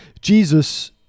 Jesus